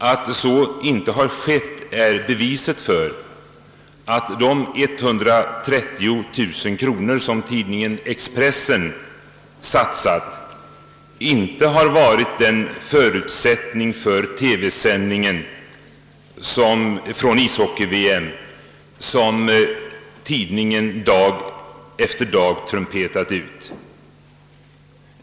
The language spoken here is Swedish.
Att så icke har skett är också beviset för att de 130 000 kronor, som tidningen Expressen satsat, inte varit den förutsättning för TV-sändningen från ishockey-VM som tidningen dag för dag trumpetat ut.